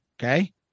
Okay